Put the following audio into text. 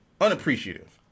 unappreciative